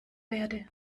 werde